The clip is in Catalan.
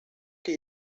que